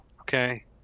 Okay